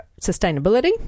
sustainability